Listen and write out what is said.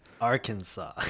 Arkansas